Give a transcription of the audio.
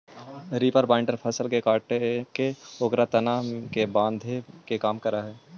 reaper binder फसल के काटके ओकर तना के बाँधे के काम करऽ हई